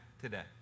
today